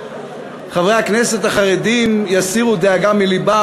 חברי הכנסת החרדים יסירו דאגה מלבם.